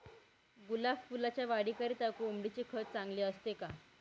गुलाब फुलाच्या वाढीकरिता कोंबडीचे खत चांगले असते का?